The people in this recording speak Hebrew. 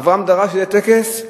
אברהם דרש שיהיה טקס,